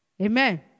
Amen